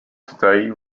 today